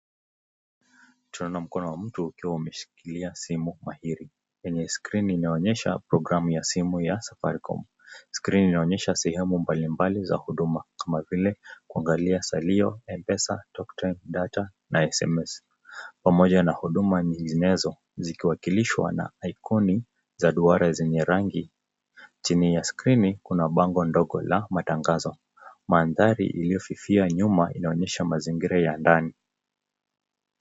Tunaona mkono wa mtu ukiwa umeshikilia simu mahiri. Kwenye skrini inaonyesha programu ya simu ya Safaricom. Skrini inaonyesha sehemu mbalimbali za huduma kama vile kuangalia salio, M-Pesa, talk time, data na SMS , pamoja na huduma nyinginezo zikiwakilishwa na ikoni za duara zenye rangi. Chini ya skrini kuna bango ndogo la matangazo. Mandhari iliyofifia nyuma inaonyesha mazingira ya ndani.